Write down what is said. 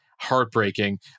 heartbreaking